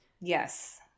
yes